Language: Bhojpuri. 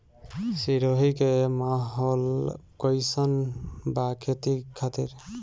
सिरोही के माहौल कईसन बा खेती खातिर?